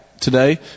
Today